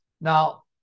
Now